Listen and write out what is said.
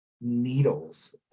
Needles